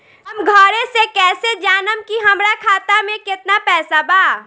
हम घरे से कैसे जानम की हमरा खाता मे केतना पैसा बा?